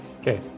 Okay